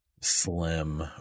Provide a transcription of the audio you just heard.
slim